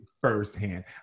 firsthand